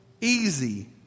easy